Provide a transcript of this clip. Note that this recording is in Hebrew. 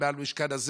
במשכן הזה,